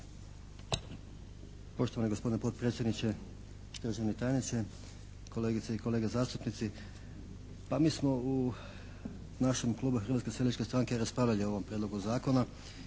Poštovani gospodine potpredsjedniče. Državni tajniče. Kolegice i kolege zastupnici. Pa mi smo u našem klubu Hrvatske seljačke stranke raspravljali o ovom prijedlogu zakona